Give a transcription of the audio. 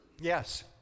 Yes